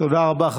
תודה רבה.